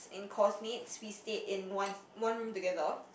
and course mates we stayed in one one room together